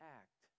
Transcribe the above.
act